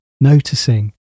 noticing